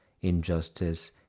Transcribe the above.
injustice